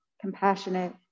compassionate